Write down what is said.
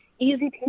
easy